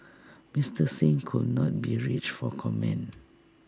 Mister Singh could not be reached for comment